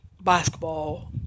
basketball